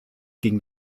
ging